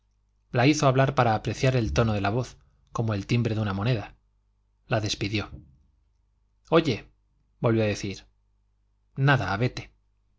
la hizo hablar para apreciar el tono de la voz como el timbre de una moneda la despidió oye volvió a decir nada vete